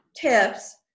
tips